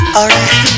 Alright